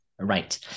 Right